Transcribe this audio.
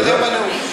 תתקדם בנאום.